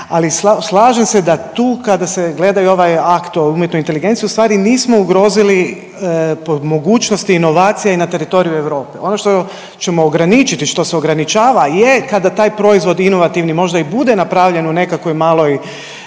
ali slažem se da tu kada se gleda ovaj akt o umjetnoj inteligenciji u stvari nismo ugrozili po mogućnosti inovacije i na teritoriju Europe. Ono što ćemo ograničiti i što se ograničava je kada taj proizvod inovativni možda i bude napravljen u nekakvoj maloj